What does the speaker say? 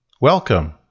Welcome